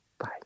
Bye